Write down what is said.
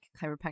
Chiropractic